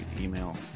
email